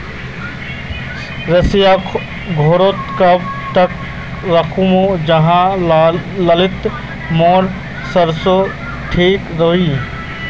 सरिस घोरोत कब तक राखुम जाहा लात्तिर मोर सरोसा ठिक रुई?